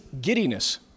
giddiness